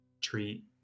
treat